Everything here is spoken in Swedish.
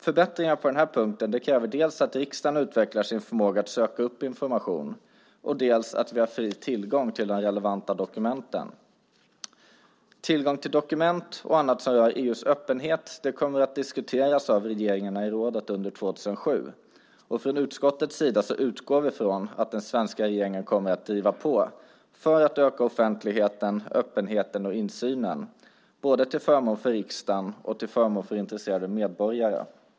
Förbättringar på den punkten kräver dels att riksdagen utvecklar sin förmåga att söka upp information, dels att vi har fri tillgång till de relevanta dokumenten. Tillgång till dokument och annat som rör EU:s öppenhet kommer att diskuteras av regeringarna i rådet under 2007. Från utskottets sida utgår vi ifrån att den svenska regeringen kommer att driva på för att öka offentligheten, öppenheten och insynen, både till förmån för riksdagen och till förmån för intresserade medborgare.